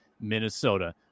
Minnesota